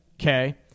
Okay